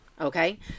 Okay